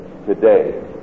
today